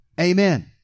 Amen